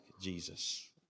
Jesus